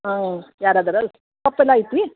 ಹಾಂ ಯಾರದ್ರಲ್ಲಿ ಸೊಪ್ಪು ಎಲ್ಲ ಐತಿ